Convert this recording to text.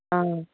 অ'